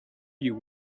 you